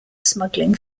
smuggling